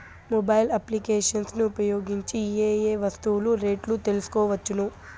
Mobile applications ను ఉపయోగించి ఏ ఏ వస్తువులు రేట్లు తెలుసుకోవచ్చును?